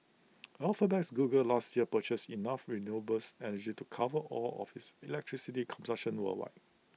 Alphabet's Google last year purchased enough renewable energy to cover all of its electricity worldwide